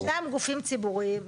ישנם גופים ציבוריים,